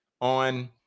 on